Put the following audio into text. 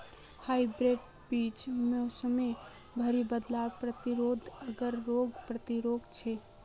hybrid बीज मोसमेर भरी बदलावर प्रतिरोधी आर रोग प्रतिरोधी छे